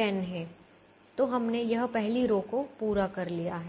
10 है तो हमने यह पहली रो को पूरा कर लिया है